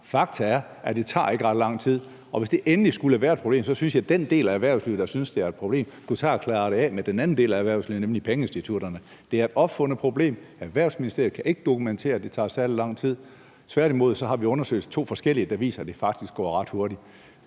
Fakta er, at det ikke tager ret lang tid, og hvis det endelig skulle være et problem, synes jeg, at den del af erhvervslivet, der synes, det er et problem, skulle tage at klare det af med den anden del af erhvervslivet, nemlig pengeinstitutterne. Det er et opfundet problem. Erhvervsministeriet kan ikke dokumentere, at det tager særlig lang tid. Tværtimod har vi undersøgelser, to forskellige, der viser, at det faktisk går ret hurtigt.